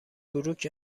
بروک